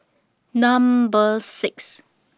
Number six